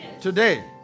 today